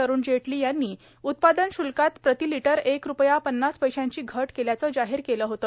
अरुण जेटली यांनी उत्पादन श्ल्कात प्रती लिटर एक रुपया पन्नास पैश्यांची घट केल्याच जाहीर केल होत